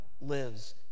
lives